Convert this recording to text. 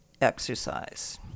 exercise